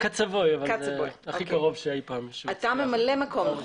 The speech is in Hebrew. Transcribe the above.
אתה ממלא מקום?